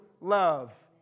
love